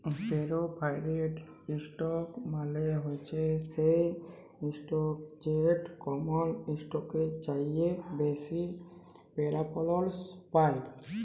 perforated ইসটক মালে হছে সেই ইসটক যেট কমল ইসটকের চাঁঁয়ে বেশি পেরফারেলস পায়